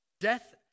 Death